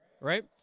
right